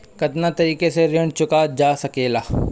कातना तरीके से ऋण चुका जा सेकला?